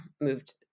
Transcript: moved